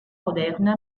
moderna